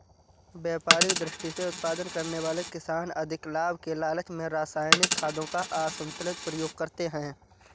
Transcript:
व्यापारिक दृष्टि से उत्पादन करने वाले किसान अधिक लाभ के लालच में रसायनिक खादों का असन्तुलित प्रयोग करते हैं